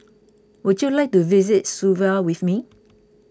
would you like to visit Suva with me